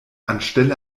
anstelle